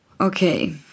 Okay